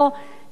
לדוגמה,